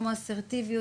כמו אסרטיביות,